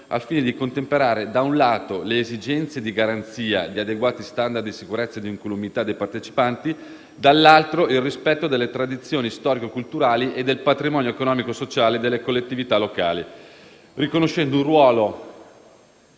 al fine di contemperare, da un lato, le esigenze di garanzia di adeguati *standard* di sicurezza e incolumità dei partecipanti, dall'altro, il rispetto delle tradizioni storico-culturali e del patrimonio economico-sociale delle collettività locali, riconoscendo un ruolo